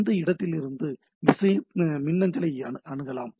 எந்த இடத்திலிருந்தும் மின்னஞ்சலை அணுகலாம்